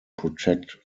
protect